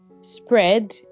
spread